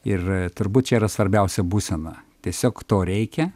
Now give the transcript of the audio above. ir turbūt čia yra svarbiausia būsena tiesiog to reikia